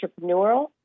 entrepreneurial